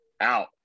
out